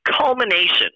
culmination